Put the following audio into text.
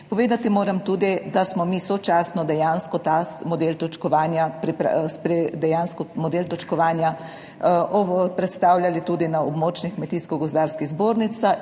Povedati moram tudi, da smo sočasno dejansko ta model točkovanja predstavljali tudi na območnih kmetijsko gozdarskih zbornicah.